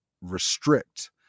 restrict